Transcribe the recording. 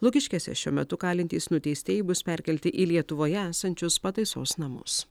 lukiškėse šiuo metu kalintys nuteistieji bus perkelti į lietuvoje esančius pataisos namus